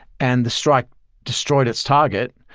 and the strike destroyed its target,